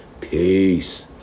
peace